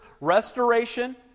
restoration